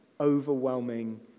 overwhelming